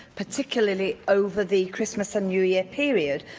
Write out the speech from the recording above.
particularly over the christmas and new year period,